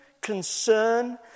concern